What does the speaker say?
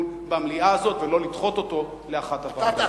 במליאה הזאת ולא לדחות אותו לאחת הוועדות.